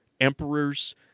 emperor's